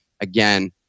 again